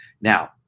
Now